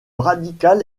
radical